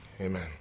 Amen